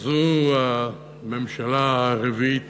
זו הממשלה הרביעית